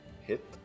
hit